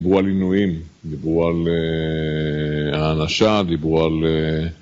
דיברו על עינויים, דיברו על הענשה, דיברו על...